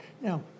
Now